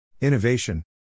Innovation